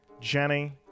Jenny